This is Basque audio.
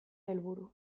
helburua